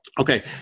Okay